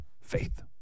faith